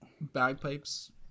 bagpipes